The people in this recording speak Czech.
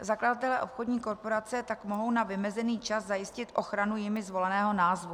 Zakladatelé obchodní korporace tak mohou na vymezený čas zajistit ochranu jimi zvoleného názvu.